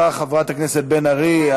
תודה רבה, חברת הכנסת בן ארי.